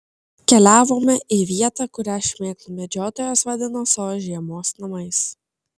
keliavome į vietą kurią šmėklų medžiotojas vadino savo žiemos namais